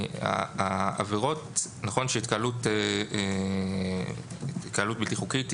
העבירות - נכון שהתקהלות בלתי חוקית,